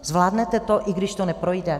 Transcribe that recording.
Zvládnete to, i když to neprojde?